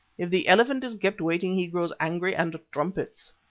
if the elephant is kept waiting he grows angry and trumpets.